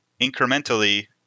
incrementally